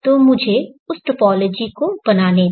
तो मुझे उस टोपोलॉजी को बनाने दें